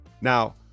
Now